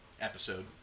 episode